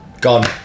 gone